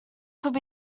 could